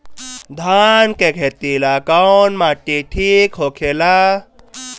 धान के खेती ला कौन माटी ठीक होखेला?